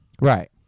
Right